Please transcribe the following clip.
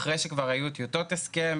עלה אחרי שכבר היו טיוטות הסכם,